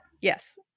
yes